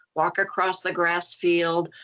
walk across the grass field,